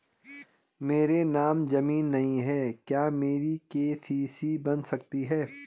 मेरे नाम ज़मीन नहीं है क्या मेरी के.सी.सी बन सकती है?